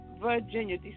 Virginia